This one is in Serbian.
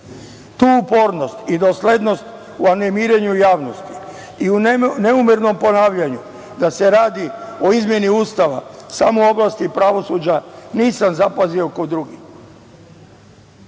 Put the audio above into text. za. Tu upornost i doslednost u animiranju javnosti i u neumerenom ponavljanju da se radi o izmeni Ustava samo u oblasti pravosuđa nisam zapazio kod drugih.